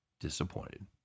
disappointed